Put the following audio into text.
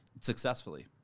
Successfully